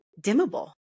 dimmable